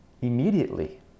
immediately